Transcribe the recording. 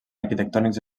arquitectònics